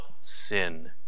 sin